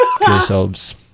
yourselves